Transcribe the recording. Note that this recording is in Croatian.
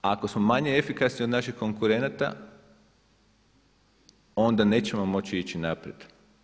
Ako smo manje efikasni od naših konkurenata onda nećemo moći ići naprijed.